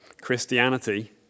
Christianity